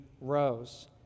rose